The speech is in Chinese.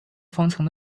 方程